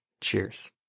Cheers